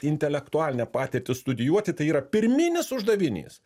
intelektualinę patirtį studijuoti tai yra pirminis uždavinys